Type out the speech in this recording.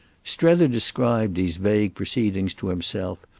strether described these vague proceedings to himself,